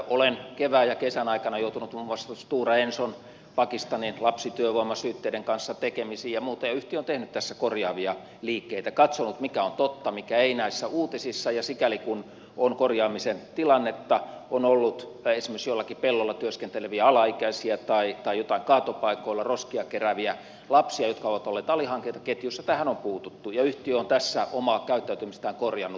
olen kevään ja kesän aikana joutunut muun muassa stora enson pakistanin lapsityövoimasyytteiden kanssa tekemisiin ja muuta ja yhtiö on tehnyt tässä korjaavia liikkeitä katsonut mikä on totta mikä ei näissä uutisissa ja sikäli kun on korjaamisen tarvetta ollut esimerkiksi joillakin pelloilla työskenteleviä alaikäisiä tai joitain kaatopaikoilla roskia kerääviä lapsia jotka ovat olleet alihankintaketjussa tähän on puututtu ja yhtiö on tässä omaa käyttäytymistään korjannut